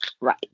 Right